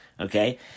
Okay